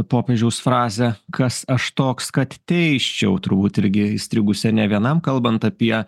popiežiaus frazę kas aš toks kad teisčiau turbūt irgi įstrigusią ne vienam kalbant apie